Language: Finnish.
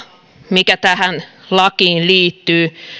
mikä tähän lakiin liittyy